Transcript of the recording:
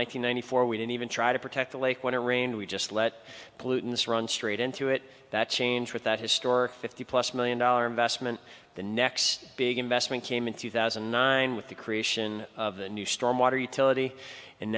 hundred four we didn't even try to protect the lake when it rained we just let pollutants run straight into it that changed with that historic fifty plus million dollar investment the next big investment came in two thousand and nine with the creation of the new storm water utility and